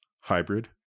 hybrid